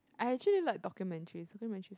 I actually like documentaries documentaries are